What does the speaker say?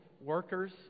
workers